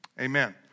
amen